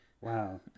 Wow